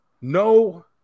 no